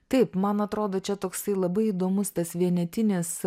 taip man atrodo čia toksai labai įdomus tas vienetinis